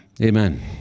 Amen